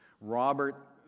Robert